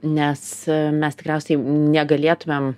nes mes tikriausiai negalėtumėm